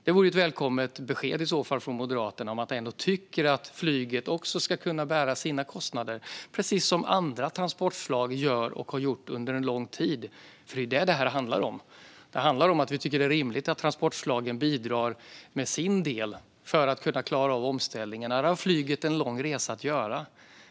Det vore i så fall ett välkommet besked från Moderaterna att ni ändå tycker att också flyget ska kunna bära sina kostnader, precis som andra transportslag gör och har gjort under en lång tid. Det är vad detta handlar om. Det handlar om att vi tycker att det är rimligt att transportslagen bidrar med sin del för att vi ska kunna klara av omställningen, och här har flyget en lång resa att göra.